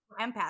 empath